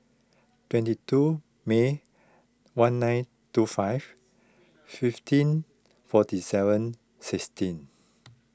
twenty two May one nine two five fifteen forty seven sixteen